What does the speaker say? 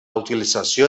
utilització